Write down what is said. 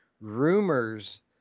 rumors